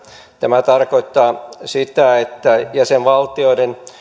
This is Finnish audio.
tämä tarkoittaa sitä että jäsenvaltioiden